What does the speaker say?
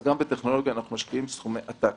גם בטכנולוגיה אנחנו משקיעים סכומי עתק.